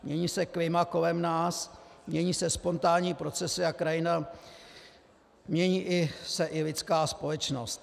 Mění se klima kolem nás, mění se spontánní procesy a krajina, mění se i lidská společnost.